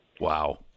Wow